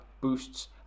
boosts